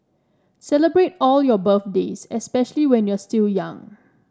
celebrate all your birthdays especially when you're still young